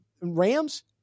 Rams –